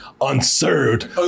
unserved